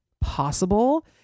possible